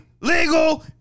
legal